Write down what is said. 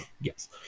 yes